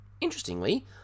Interestingly